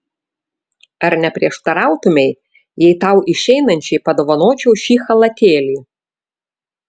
ar neprieštarautumei jei tau išeinančiai padovanočiau šį chalatėlį